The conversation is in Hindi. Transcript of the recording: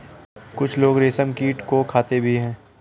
कुछ लोग रेशमकीट को खाते भी हैं